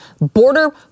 border